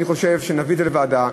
אני חושב שנביא את זה לוועדה.